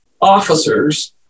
officers